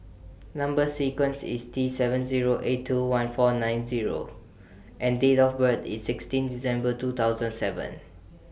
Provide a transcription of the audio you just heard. Number sequence IS T seven Zero eight two one four nine Zero and Date of birth IS sixteen December two thousand seven